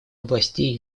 областей